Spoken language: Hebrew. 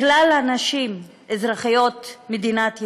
כלל הנשים אזרחיות מדינת ישראל,